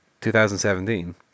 2017